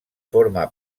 forma